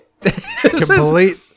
Complete